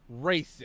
racist